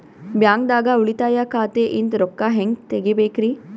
ಬ್ಯಾಂಕ್ದಾಗ ಉಳಿತಾಯ ಖಾತೆ ಇಂದ್ ರೊಕ್ಕ ಹೆಂಗ್ ತಗಿಬೇಕ್ರಿ?